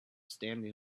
standing